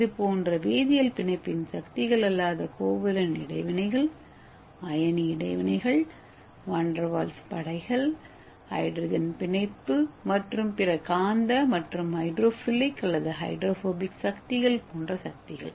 இது போன்ற வேதியியல் பிணைப்பின் சக்திகள் அல்லாத கோவலன்ட் இடைவினைகள் அயனி இடைவினைகள் வான் டெர் வால்ஸ் படைகள் ஹைட்ரஜன் பிணைப்பு மற்றும் பிறகாந்த மற்றும் ஹைட்ரோஃபிலிக் அல்லது ஹைட்ரோபோபிக் சக்திகள் போன்ற சக்திகள்